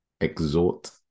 exhort